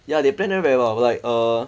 ya they plan until very well like err